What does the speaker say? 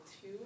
two